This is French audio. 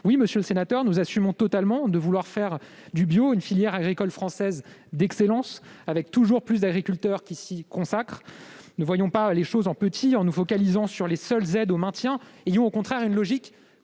Oui, monsieur le sénateur, nous assumons totalement le fait de vouloir faire du bio une filière agricole française d'excellence, avec toujours plus d'agriculteurs qui s'y consacrent. Ne voyons pas les choses en petit, en nous focalisant sur les seules aides au maintien. Ayons au contraire une logique